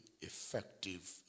Effective